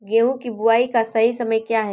गेहूँ की बुआई का सही समय क्या है?